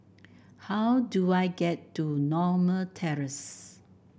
how do I get to Norma Terrace